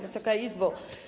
Wysoka Izbo!